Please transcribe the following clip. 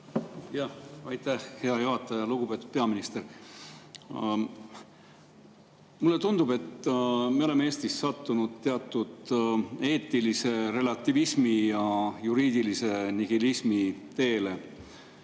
Aitäh, hea juhataja! Lugupeetud peaminister! Mulle tundub, et me oleme Eestis sattunud teatud eetilise relativismi ja juriidilise nihilismi teele.